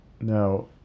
Now